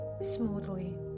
smoothly